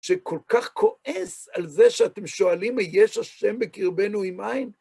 שכל כך כועס על זה שאתם שואלים, היש השם בקרבנו אם איין?